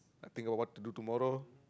I think about what to do tomorrow